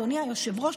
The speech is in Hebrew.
אדוני היושב-ראש,